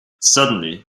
suddenly